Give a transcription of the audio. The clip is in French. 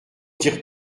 tires